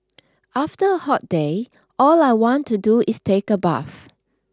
after a hot day all I want to do is take a bath